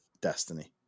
Destiny